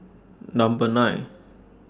Number nine